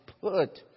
put